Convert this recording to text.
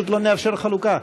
פשוט לא נאפשר חלוקה,